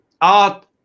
art